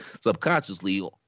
subconsciously